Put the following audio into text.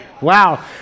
Wow